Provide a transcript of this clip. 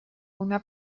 una